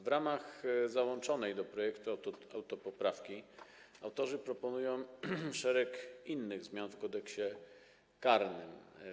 W ramach załączonej do projektu autopoprawki autorzy proponują szereg innych zmian w Kodeksie karnym.